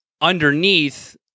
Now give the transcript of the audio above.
Underneath